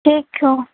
ठीक हूँ